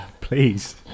please